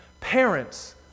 Parents